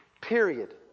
period